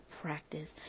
practice